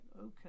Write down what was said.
Okay